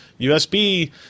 USB